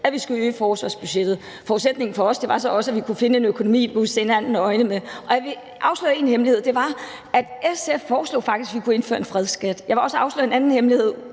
at forsvarsbudgettet skal øges. Forudsætningen for os var så også, at vi kunne finde en økonomi, hvor vi kunne se hinanden i øjnene. Og jeg vil afsløre en hemmelighed, og det er, at SF faktisk foreslog, at man kunne indføre en fredsskat. Jeg vil også afsløre en anden hemmelighed